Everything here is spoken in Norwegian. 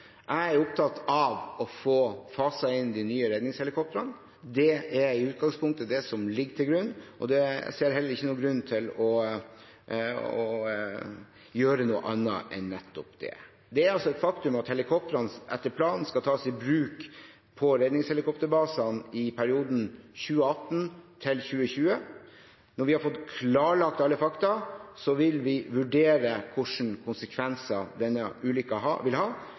Jeg er opptatt av å få faset inn de nye redningshelikoptrene. Det er i utgangspunktet det som ligger til grunn. Jeg ser heller ikke noen grunn til å gjøre noe annet enn nettopp det. Det er et faktum at helikoptrene etter planen skal tas i bruk på redningshelikopterbasene i perioden 2018–2020. Når vi har fått klarlagt alle fakta, vil vi vurdere hvilke konsekvenser denne ulykken vil ha for videre testing og innfasing av redningshelikoptrene. Stortinget vil